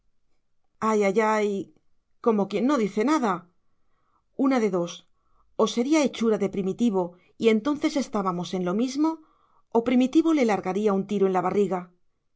ay ay ay como quien no dice nada una de dos o sería hechura de primitivo y entonces estábamos en lo mismo o primitivo le largaría un tiro en la barriga